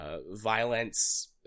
violence